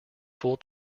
full